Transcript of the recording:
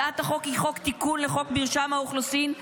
הצעת החוק היא תיקון לחוק מרשם האוכלוסין,